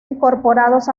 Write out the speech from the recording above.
incorporados